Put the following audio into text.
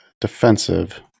defensive